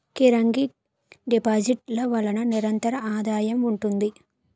recurring deposit ల వలన నిరంతర ఆదాయం ఉంటుంది